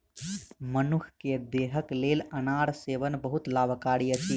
मनुख के देहक लेल अनार सेवन बहुत लाभकारी अछि